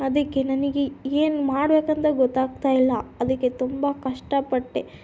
ಅದಕ್ಕೆ ನನಗೆ ಏನು ಮಾಡ್ಬೇಕಂತ ಗೊತ್ತಾಗ್ತಾಯಿಲ್ಲ ಅದಕ್ಕೆ ತುಂಬ ಕಷ್ಟಪಟ್ಟೆ